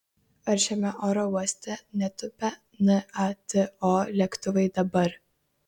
ar šiame oro uoste netūpia nato lėktuvai dabar